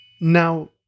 Now